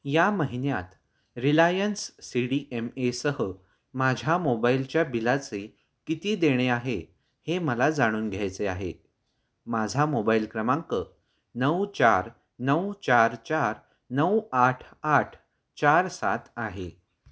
या महिन्यात Reliance C D M एसह माझ्या मोबाईलच्या बिलाचे किती देणे आहे हे मला जाणून घ्यायचे आहे माझा मोबाईल क्रमांक नऊ चार नऊ चार चार नऊ आठ आठ चार सात आहे